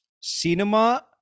cinema